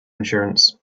insurance